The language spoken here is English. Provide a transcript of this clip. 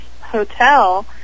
hotel